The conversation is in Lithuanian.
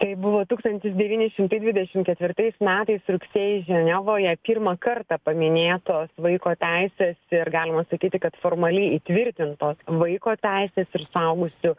tai buvo tūkstantis devyni šimtai dvidešim ketvirtais metais rugsėjį ženevoje pirmą kartą paminėtos vaiko teisės ir galima sakyti kad formaliai įtvirtintos vaiko teisės ir suaugusių